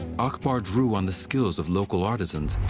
akbar drew on the skills of local artisans,